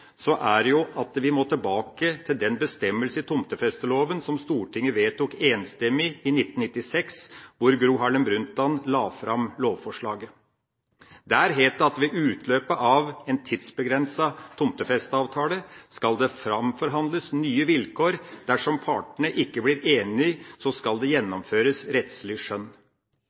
er at vi må tilbake til den bestemmelsen i tomtefesteloven som Stortinget vedtok enstemmig i 1996, hvor Gro Harlem Brundtland la fram lovforslaget. Der het det at ved utløpet av en tidsbegrenset tomtefesteavtale skal det framforhandles nye vilkår. Dersom partene ikke blir enige, skal det gjennomføres rettslig skjønn.